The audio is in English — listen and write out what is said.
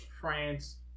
France